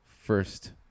first